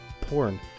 porn